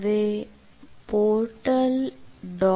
હવે portal